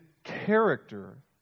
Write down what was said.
character